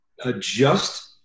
adjust